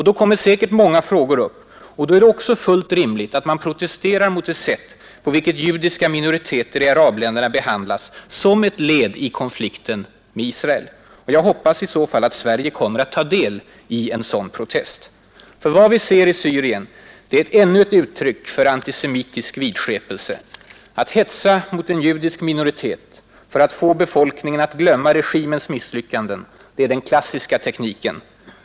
Då kommer säkert många frågor upp, och då är det också fullt rimligt att protestera mot det sätt på vilket judiska minoriteter i arabländerna behandlas som ett led i konflikten med Israel. Jag hoppas i så fall att Sverige kommer att ta del i en sådan protest. För vad vi ser i Syrien är ännu ett uttryck för antisemitisk vidskepelse. Att hetsa mot en judisk minoritet för att få befolkningen att glömma regimens misslyckanden är den klassiska tekniken.